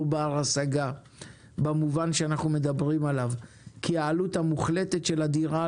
בר השגה במובן שאנחנו מדברים עליו כי העלות המוחלטת של הדירה,